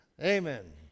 Amen